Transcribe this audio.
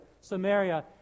Samaria